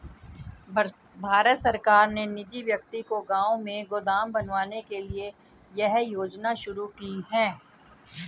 भारत सरकार ने निजी व्यक्ति को गांव में गोदाम बनवाने के लिए यह योजना शुरू की है